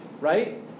right